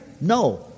No